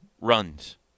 runs